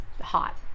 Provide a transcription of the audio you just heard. hot